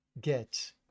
get